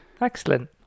Excellent